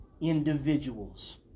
individuals